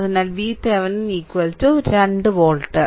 അതിനാൽ VThevenin 2 volt